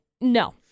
no